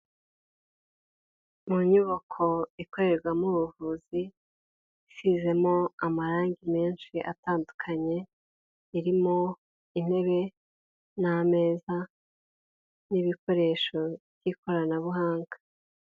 Mu nyubako ikorerwamo ubuvuzi isizemo amarange menshi atandukanye, irimo intebe n'ameza n'ibikoresho by'ikoranabuhanga.